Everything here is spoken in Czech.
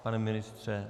Pane ministře?